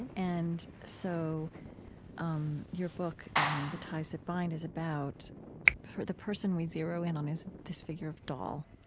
and and so um your book the ties that bind is about the person we zero in on is this figure of doll.